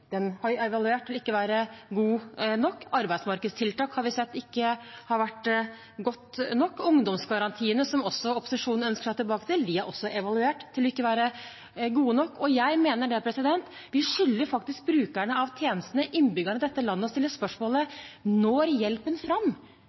den har vi evaluert til ikke å være god nok. Arbeidsmarkedstiltak har vi sett ikke har vært godt nok. Ungdomsgarantiene – som opposisjonen ønsker seg tilbake til – er også evaluert til ikke å være gode nok. Jeg mener vi skylder brukerne av tjenestene, innbyggerne i dette landet, å stille spørsmålet: Når hjelpen fram?